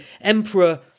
emperor